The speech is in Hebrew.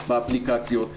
באפליקציות.